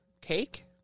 Cake